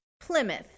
Plymouth